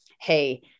hey